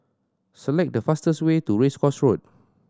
select the fastest way to Race Course Road